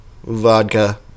Vodka